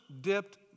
dipped